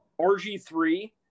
RG3